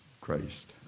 Christ